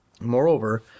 Moreover